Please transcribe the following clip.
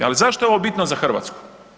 Ali zašto je ovo bitno za Hrvatsku?